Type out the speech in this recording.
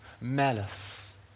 malice